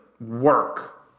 work